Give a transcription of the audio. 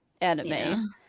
anime